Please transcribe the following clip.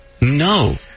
No